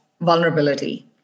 vulnerability